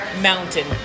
mountain